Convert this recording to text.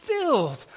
filled